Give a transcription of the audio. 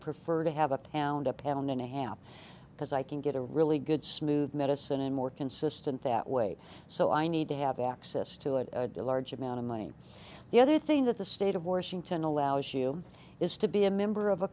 prefer to have a pound a pound and a half because i can get a really good smooth medicine in more consistent that way so i need to have access to a large amount of money the other thing that the state of washington allows you is to be a member